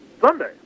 Sunday